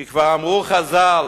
כי כבר אמרו חז"ל: